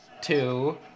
Two